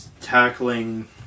tackling